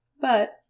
But